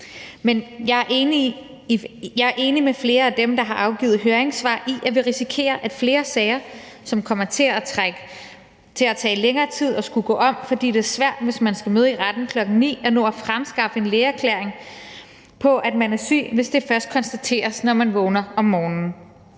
men jeg er enig med flere af dem, der har afgivet høringssvar, i, at vi risikerer, at flere sager kommer til at tage længere og skulle gå om, fordi det er svært, hvis man skal møde i retten kl. 9, at nå at fremskaffe en lægeerklæring på, at man er syg, hvis det først konstateres, når man vågner om morgenen.